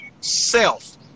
self